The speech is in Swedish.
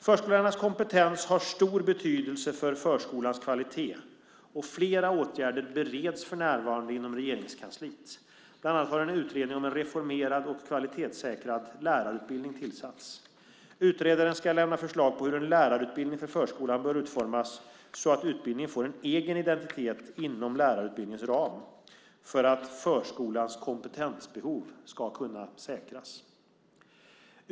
Förskollärarnas kompetens har stor betydelse för förskolans kvalitet och flera åtgärder bereds för närvarande inom Regeringskansliet, bland annat har en utredning om en reformerad och kvalitetssäkrad lärarutbildning tillsatts. Utredaren ska lämna förslag på hur en lärarutbildning för förskolan bör utformas så att utbildningen får en egen identitet inom lärarutbildningens ram för att förskolans kompetensbehov ska kunna säkras.